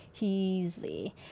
Heasley